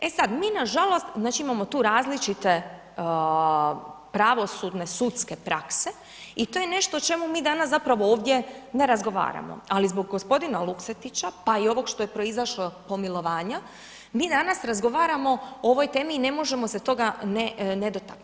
E sad, mi nažalost, znači, imamo tu različite pravosudne sudske prakse i to je nešto o čemu mi danas zapravo ovdje ne razgovaramo, ali zbog g. Luksetića, pa i ovog što je proizašlo, pomilovanja, mi danas razgovaramo o ovoj temi i ne možemo se toga ne dotaknuti.